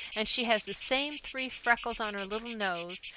and she has the same three freckles on her little nose,